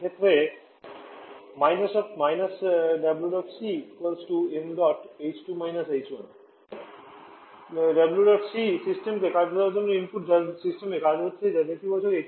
এই ক্ষেত্রে যেখানে W dot C সিস্টেমকে দেওয়া কাজের ইনপুট যা সিস্টেমে কাজ হচ্ছে তা নেতিবাচক